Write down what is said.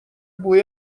بوی